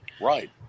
Right